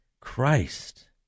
Christ